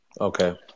Okay